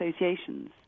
associations